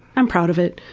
i'm proud of it.